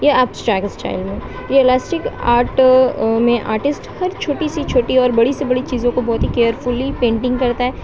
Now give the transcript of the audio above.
یا abstract style میں یہ الاسٹک آرٹ میں آرٹسٹ ہر چھوٹی سی چھوٹی اور بڑی سی بڑی چیزوں کو بہت ہی کیئرفلی پینٹنگ کرتا ہے